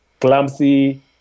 clumsy